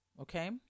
Okay